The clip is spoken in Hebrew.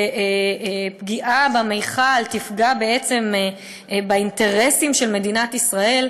ופגיעה במכל תפגע בעצם באינטרסים של מדינת ישראל,